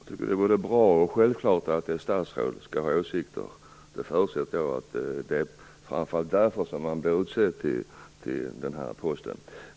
Fru talman! Det är både bra och självklart att ett statsråd har åsikter. Det är framför allt därför som man utses till en sådan post.